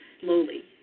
slowly